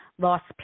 lost